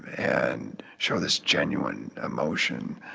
and show this genuine emotion.